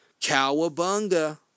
Cowabunga